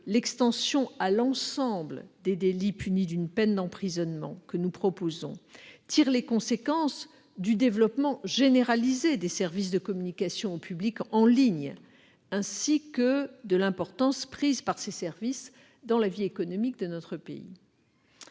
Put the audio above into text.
proposons à l'ensemble des délits punis d'une peine d'emprisonnement tire les conséquences du développement généralisé des services de communication au public en ligne, ainsi que de l'importance prise par ces services dans la vie économique de notre pays.